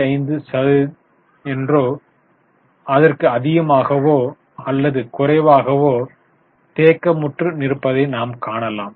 95 சதவீதத்திற்கு அதிகமாகவோ அல்லது குறைவாகவோ தேக்கமுற்று நிற்பதை நாம் காணலாம்